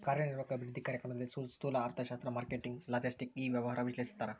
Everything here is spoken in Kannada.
ಕಾರ್ಯನಿರ್ವಾಹಕ ಅಭಿವೃದ್ಧಿ ಕಾರ್ಯಕ್ರಮದಲ್ಲಿ ಸ್ತೂಲ ಅರ್ಥಶಾಸ್ತ್ರ ಮಾರ್ಕೆಟಿಂಗ್ ಲಾಜೆಸ್ಟಿಕ್ ಇ ವ್ಯವಹಾರ ವಿಶ್ಲೇಷಿಸ್ತಾರ